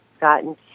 gotten